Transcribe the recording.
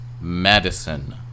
Madison